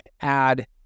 add